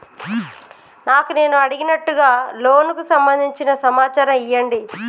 నాకు నేను అడిగినట్టుగా లోనుకు సంబందించిన సమాచారం ఇయ్యండి?